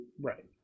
right